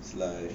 sly